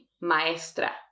maestra